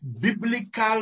biblical